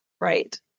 Right